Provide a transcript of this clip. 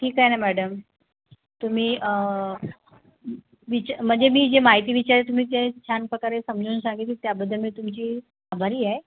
ठीक आहे ना मॅडम तुम्ही विच म्हणजे मी जे माहिती विचारेल तुम्ही ते छान प्रकारे समजून सांगितली त्याबद्दल मी तुमची आभारी आहे